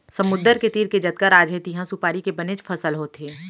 समुद्दर के तीर के जतका राज हे तिहॉं सुपारी के बनेच फसल होथे